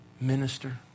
minister